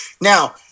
Now